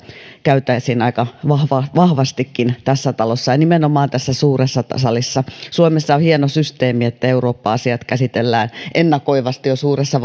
käytäisiin aika vahvastikin tässä talossa ja nimenomaan tässä suuressa salissa suomessa on hieno systeemi että eurooppa asiat käsitellään ennakoivasti jo suuressa